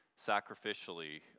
sacrificially